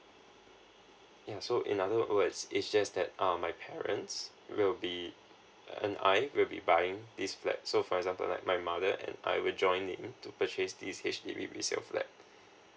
yeah so in other words it's just that my parents will be uh and I will be buying this flat so for example like my mother and I will joining to purchase this H_D_B resale flat